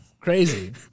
Crazy